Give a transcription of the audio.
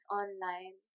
online